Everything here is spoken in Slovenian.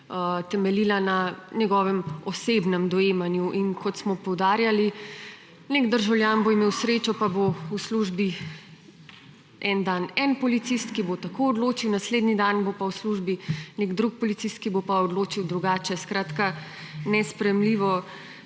temeljila na njegovem osebnem dojemanju. Kot smo poudarjali, nek državljan bo imel srečo, pa bo v službi en dan en policist, ki bo tako odločil, naslednji dan bo pa v službi nek drug policist, ki bo pa odločil drugače. Nesprejemljivo